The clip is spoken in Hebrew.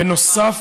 בנוסף,